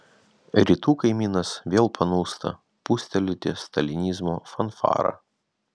rytų kaimynas vėl panūsta pūstelėti stalinizmo fanfarą